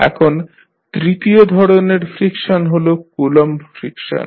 এখন তৃতীয় ধরনের ফ্রিকশন হল কুলম্ব ফ্রিকশন